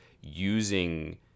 using